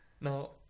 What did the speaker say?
Now